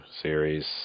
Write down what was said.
series